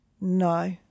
no